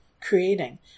creating